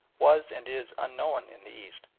was and is unknown in the east.